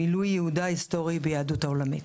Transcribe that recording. מילוי ייעודה ההיסטורי ביהדות העולמית